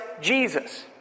Jesus